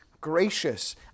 gracious